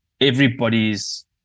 Everybody's